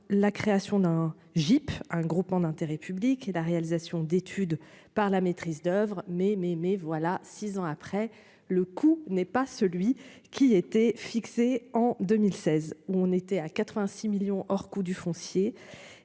la création d'un GIP, un groupement d'intérêt public et la réalisation d'études par la maîtrise d'oeuvre mais mais mais voilà 6 ans après. Le coût n'est pas celui qui était fixé. En 2016 où on était à quatre-vingt-six millions hors coût du foncier,